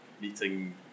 meeting